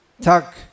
tak